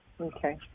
Okay